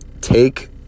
Take